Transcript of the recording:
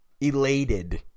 elated